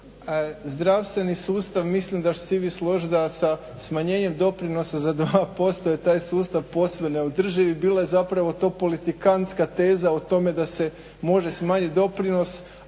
Zdravstveni sustav mislim da ćete se i vi složiti da sa smanjenjem doprinosa za 2% je taj sustav posve neodrživ. I bila je zapravo to politikantska teza o tome da se može smanjiti doprinos,